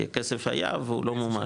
כי כסף היה והוא לא מומש.